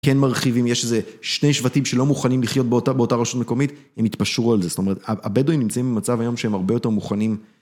כן מרחיבים, יש איזה שני שבטים שלא מוכנים לחיות באותה באותה רשות מקומית, הם התפשרו על זה, זאת אומרת הבדואים נמצאים במצב היום שהם הרבה יותר מוכנים...